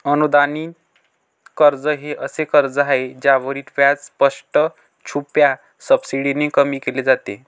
अनुदानित कर्ज हे असे कर्ज आहे ज्यावरील व्याज स्पष्ट, छुप्या सबसिडीने कमी केले जाते